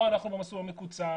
או אנחנו במסלול המקוצר,